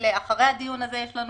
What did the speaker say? אחרי הדיון הזה יש לנו